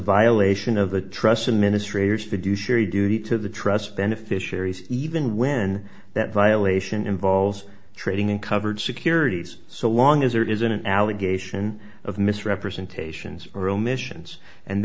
violation of the trust and ministry years to do sherry duty to the trust beneficiaries even when that violation involves trading uncovered securities so long as there isn't an allegation of misrepresentations or omissions and